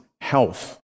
health